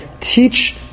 teach